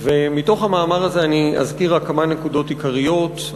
מתוך המאמר הזה אני אזכיר רק כמה נקודות עיקריות: